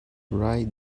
right